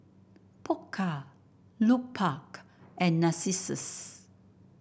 Pokka Lupark and Narcissus